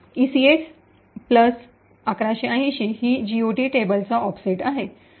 तर ECX 1180 ही GOT टेबलचा ऑफसेट आहे